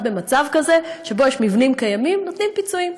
במצב כזה שבו יש מבנים קיימים: נותנים פיצויים,